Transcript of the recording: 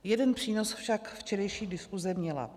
Jeden přínos však včerejší diskuse měla.